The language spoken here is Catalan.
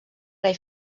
rei